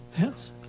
Yes